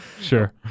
Sure